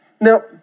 Now